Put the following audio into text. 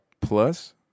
plus